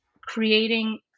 creating